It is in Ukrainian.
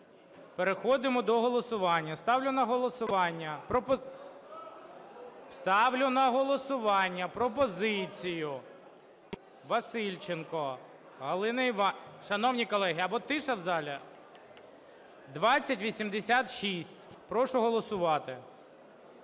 Ставлю на голосування, ставлю на голосування пропозицію Васильченко Галини Іванівни. Шановні колеги, або тиша в залі… 2086, прошу голосувати.